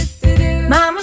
Mama